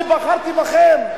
אני בחרתי בכם.